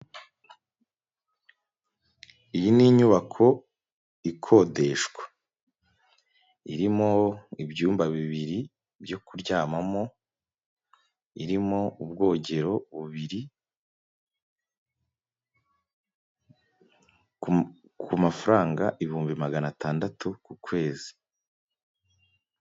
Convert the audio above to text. Iyi ni inyubako ikodeshwa, irimo ibyumba bibiri byo kuryamamo, irimo ubwogerobiri, ku mafaranga ibihumbi magana atandatu ku kwezi.